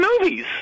movies